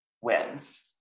wins